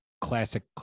classic